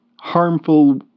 harmful